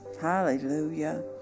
Hallelujah